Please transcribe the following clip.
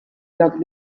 lloc